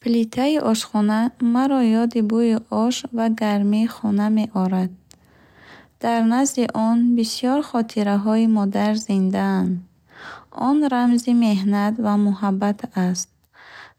Плитаи ошхона маро ёди бӯи ош ва гармии хона меорад. Дар назди он бисёр хотираҳои модар зиндаанд. Он рамзи меҳнат ва муҳаббат аст.